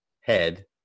head